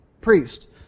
priest